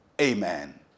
amen